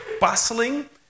bustling